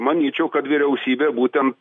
manyčiau kad vyriausybė būtent